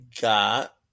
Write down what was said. got